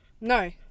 No